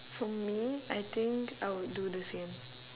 for me I think I would do the same